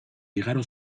igaro